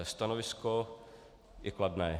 Stanovisko je kladné.